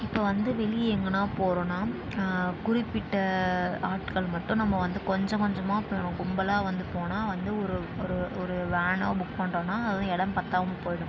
இப்போ வந்து வெளியே எங்கேனா போகிறோன்னா குறிப்பிட்ட ஆட்கள் மட்டும் நம்ம வந்து கொஞ்சம் கொஞ்சமாக அப்புறம் கும்பலாக வந்து போனால் வந்து ஒரு ஒரு ஒரு வேனாே புக் பண்ணுறோன்னா அது வந்து இடம் பற்றாம போய்விடும்